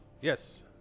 Yes